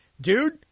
dude